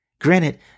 Granted